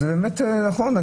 באמת נכון,